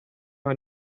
aha